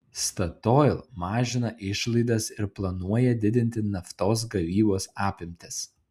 statoil mažina išlaidas ir planuoja didinti naftos gavybos apimtis